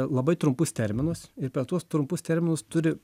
labai trumpus terminus ir per tuos trumpus terminus turi